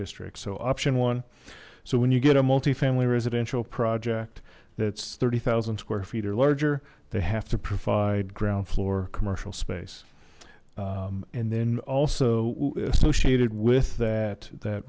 districts so option one so when you get a multi family residential project that's thirty thousand square feet or larger they have to provide ground floor commercial space and then also associated with that that